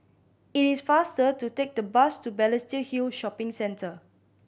it is faster to take the bus to Balestier Hill Shopping Centre